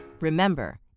Remember